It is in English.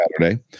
Saturday